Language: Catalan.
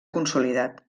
consolidat